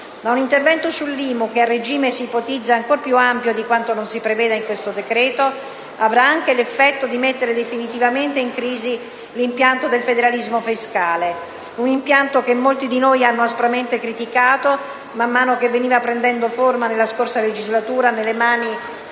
un intervento dell'IMU, che a regime si ipotizza ancor più ampio di quanto non si preveda in questo decreto, avrà anche l'effetto di mettere definitivamente in crisi l'impianto del federalismo fiscale, che molti di noi hanno aspramente criticato, man mano che veniva prendendo forma nella scorsa legislatura nelle mani